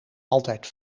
altijd